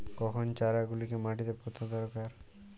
কখন চারা গুলিকে মাটিতে পোঁতা দরকার?